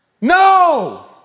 No